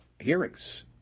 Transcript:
hearings